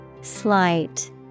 Slight